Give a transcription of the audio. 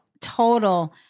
total